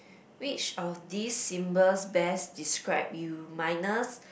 which of these symbols best describe you minus